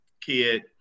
kid